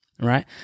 Right